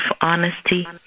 honesty